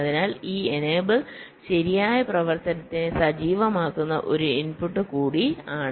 അതിനാൽ ഈ എനേബിൾ ശരിയായ പ്രവർത്തനത്തെ സജീവമാക്കുന്ന ഒരു ഇൻപുട്ട് കൂടിയാണ്